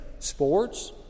sports